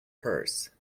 purse